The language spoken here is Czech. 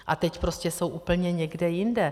A teď prostě jsou úplně někde jinde.